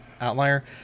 outlier